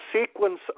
sequence